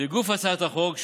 לגוף הצעת החוק,